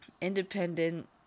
independent